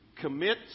commit